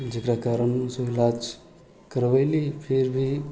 जेकरा कारण हमसब इलाज करबेली फिर भी